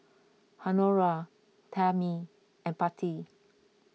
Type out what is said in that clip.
Honora Tammy and Patti